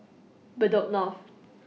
Bedok North